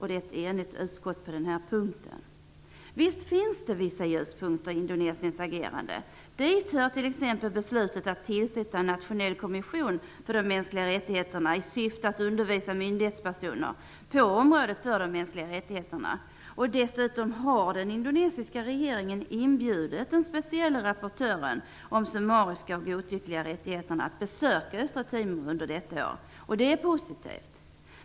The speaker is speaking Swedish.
Det finns visserligen vissa ljuspunkter i Indonesiens agerande. Dit hör beslutet att tillsätta en nationell kommission för de mänskliga rättigheterna, i syfte att undervisa myndighetspersoner på området för de mänskliga rättigheterna. Dessutom har den indonesiska regeringen inbjudit den specielle rapportören om summariska och godtyckliga rättigheterna att besöka Östra Timor under detta år. Detta är positivt.